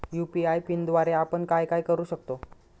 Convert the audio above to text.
UPI पिनद्वारे आपण काय काय करु शकतो?